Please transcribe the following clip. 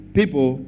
people